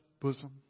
bosom